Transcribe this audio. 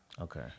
Okay